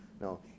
no